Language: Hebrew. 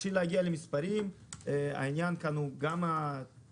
כדי להגיע למספרים העניין הוא גם התשתיות,